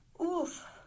Oof